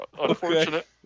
unfortunate